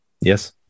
Yes